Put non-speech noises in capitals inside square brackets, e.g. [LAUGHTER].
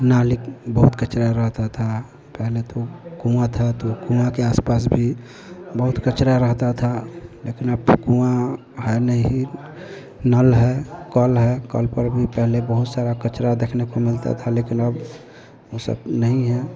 नाले [UNINTELLIGIBLE] बहुत कचरा रहता था पहले तो कुआँ था तो कुआँ के आस पास भी बहुत कचरा रहता था लेकिन अब कुआँ है नहीं नल है कल है कल पर भी पहले बहुत सारा कचरा देखने को मिलता था लेकिन अब वह सब नहीं है